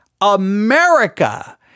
America